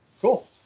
Cool